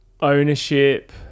ownership